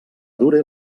dure